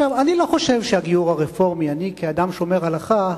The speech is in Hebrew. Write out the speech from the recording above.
אני, כאדם שומר הלכה,